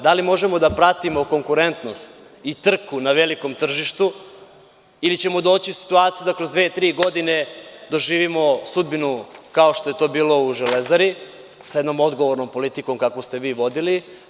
Da li možemo da pratimo konkurentnost i trku na velikom tržištu ili ćemo doći u situaciju da kroz dve-tri godine doživimo sudbinu kao što je to bilo u „Železari“, sa jednom odgovornom politikom kakvu ste vi vodili?